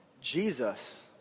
Jesus